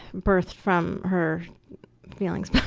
birthed from her feelings